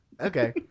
Okay